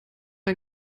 ein